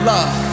Love